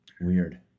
Weird